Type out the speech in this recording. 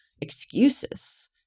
excuses